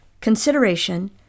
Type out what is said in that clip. consideration